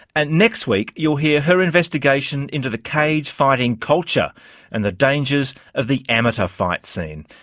and next week you'll hear her investigation into the cage fighting culture and the dangers of the amateur fight scene.